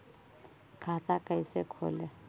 खाता कैसे खोले?